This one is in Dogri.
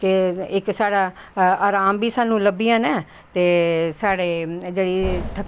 इक साढ़ा अराम बी साह्नू लब्भी जाना ऐ ते साढ़ी जेह्ड़ी